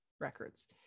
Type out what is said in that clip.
records